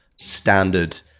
standard